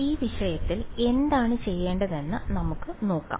ഈ വിഷയത്തിൽ എന്താണ് ചെയ്യേണ്ടതെന്ന് നമുക്ക് നോക്കാം